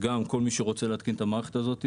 כל מי שרוצה להתקין את המערכת הזאת,